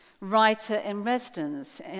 writer-in-residence